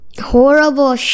Horrible